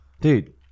Dude